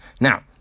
Now